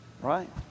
Right